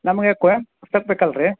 ನಮಗೆ ಕುಯೆಂಪು ಪುಸ್ತಕ ಬೇಕಲ್ಲ ರೀ